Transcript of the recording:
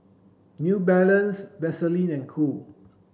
New Balance Vaseline and Cool